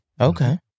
Okay